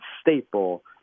staple